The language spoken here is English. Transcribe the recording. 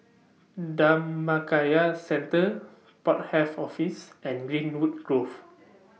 Dhammakaya Centre Port Health Office and Greenwood Grove